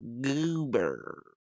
goober